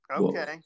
Okay